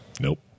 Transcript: nope